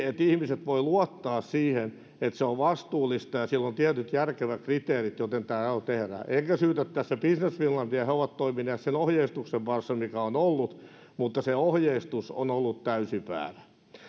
ihmiset voivat luottaa siihen että se on vastuullista ja siellä on tietyt järkevät kriteerit joilla tämä tehdään enkä syytä tässä business finlandia he ovat toimineet sen ohjeistuksen varassa mikä on ollut mutta se ohjeistus on ollut täysin väärä